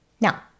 Now